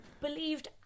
Believed